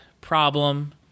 problem